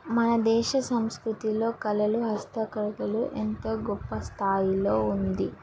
మన దేశ సంస్కృతిలో కళలు హస్తకకలు ఎంతో గొప్ప స్థాయిలో ఉంది